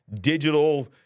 digital